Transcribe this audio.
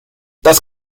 das